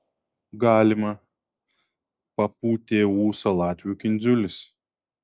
galima papūtė ūsą latvių kindziulis